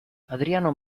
adriano